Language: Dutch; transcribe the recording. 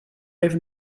even